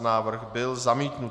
Návrh byl zamítnut.